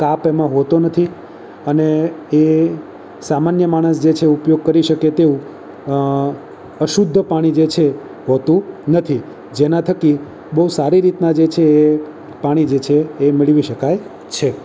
કાપ એમાં હોતો નથી અને એ સામાન્ય માણસ જે છે ઉપયોગ કરી શકે તેવું અશુદ્ધ પાણી જે છે હોતું નથી જેના થકી બહુ સારી રીતના જે છે એ પાણી જે છે એ મેળવી શકાય છે